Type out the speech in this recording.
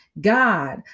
God